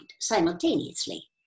simultaneously